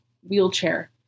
wheelchair